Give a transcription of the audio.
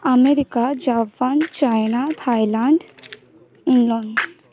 America Japan China Thailand England